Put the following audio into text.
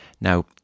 Now